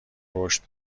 رشد